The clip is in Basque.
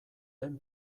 den